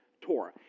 Torah